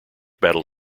battle